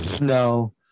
no